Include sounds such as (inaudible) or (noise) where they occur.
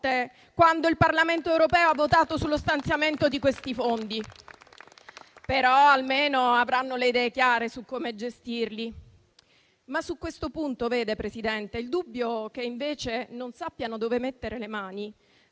quando il Parlamento europeo ha votato sullo stanziamento di questi fondi, (applause) però almeno avranno le idee chiare su come gestirli. Su questo punto però, signor Presidente, il dubbio che invece non sappiano dove mettere le mani